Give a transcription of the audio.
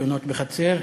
תאונות בחצר,